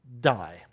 die